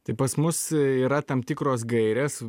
tai pas mus yra tam tikros gairės